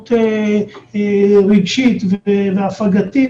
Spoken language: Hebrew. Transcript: פעילות רגשית והפגתית